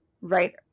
right